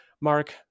Mark